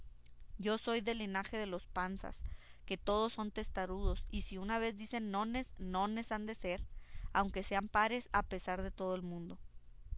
yo soy del linaje de los panzas que todos son testarudos y si una vez dicen nones nones han de ser aunque sean pares a pesar de todo el mundo